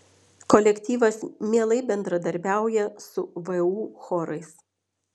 kolektyvas mielai bendradarbiauja su vu chorais